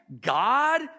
God